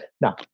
Now